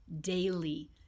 Daily